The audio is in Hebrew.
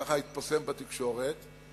ככה התפרסם בתקשורת,